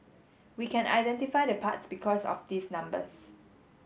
we can identify the parts because of these numbers